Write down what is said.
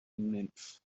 nymff